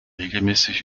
regelmäßig